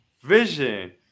vision